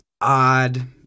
odd